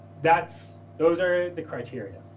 that's, those are the criteria.